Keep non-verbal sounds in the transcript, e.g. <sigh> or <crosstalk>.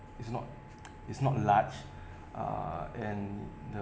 is not <noise> is not large uh and the